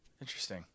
Interesting